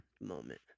Moment